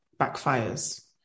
backfires